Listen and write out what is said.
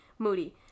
Moody